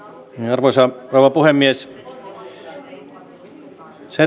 arvoisa rouva puhemies se